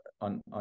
on